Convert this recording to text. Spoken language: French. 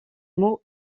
mot